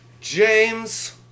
James